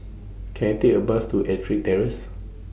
Can I Take A Bus to Ettrick Terrace